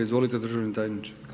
Izvolite državni tajniče.